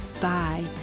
Bye